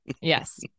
Yes